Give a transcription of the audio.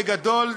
בגדול,